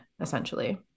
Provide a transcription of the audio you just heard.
essentially